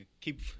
keep